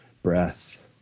breath